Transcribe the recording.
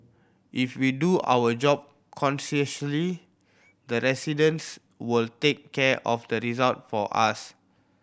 if we do our job conscientiously the residents will take care of the result for us